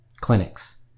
clinics